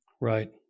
Right